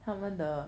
他们的